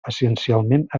essencialment